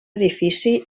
edifici